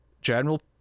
general